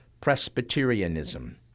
Presbyterianism